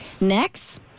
Next